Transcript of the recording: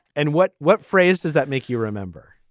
and what what phrase does that make you remember?